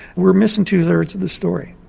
we're missing two-thirds of the story,